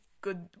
good